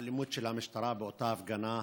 האלימות של המשטרה באותה ההפגנה,